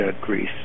Greece